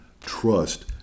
trust